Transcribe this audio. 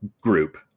group